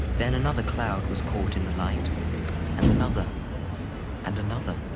then another cloud was caught in the light and another and another,